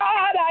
God